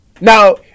Now